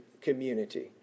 community